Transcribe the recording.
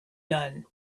none